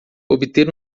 obter